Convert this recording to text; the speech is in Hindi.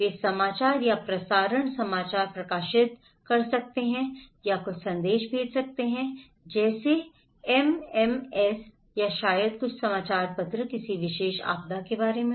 वे समाचार या प्रसारण समाचार प्रकाशित कर सकते हैं या कुछ संदेश भेज सकते हैं जैसे एसएमएस या शायद कुछ समाचार पत्र किसी विशेष आपदा के बारे में